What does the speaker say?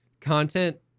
content